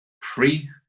pre